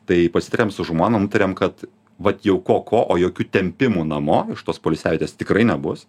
tai pasitarėm su žmona nutarėm kad vat jau ko ko o jokių tempimų namo iš tos poilsiavietės tikrai nebus